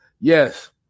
Yes